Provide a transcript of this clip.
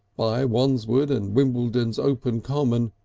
by wandsworth and wimbledon's open common,